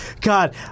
God